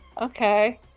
okay